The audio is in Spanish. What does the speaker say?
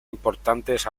importantes